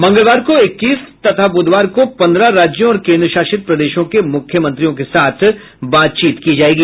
मंगलवार को इक्कीस तथा बुधवार को पंद्रह राज्यों और केन्द्र शासित प्रदेशों के मुख्यमंत्रियों के साथ बातचीत की जायेगी